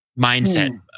mindset